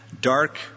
dark